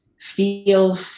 feel